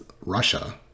Russia